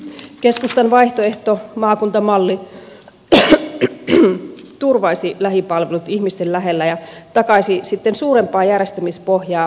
keskustan vaihtoehto maakuntamalli turvaisi lähipalvelut ihmisten lähellä ja takaisi sitten suurempaa järjestämispohjaa vaativien palvelujen järjestämiseen